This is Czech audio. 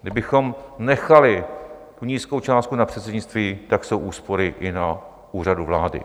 Kdybychom nechali nízkou částku na předsednictví, tak jsou úspory i na Úřadu vlády.